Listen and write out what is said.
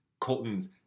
Colton's